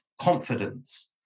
confidence